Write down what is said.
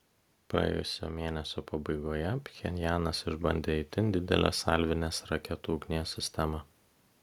praėjusio mėnesio pabaigoje pchenjanas išbandė itin didelę salvinės raketų ugnies sistemą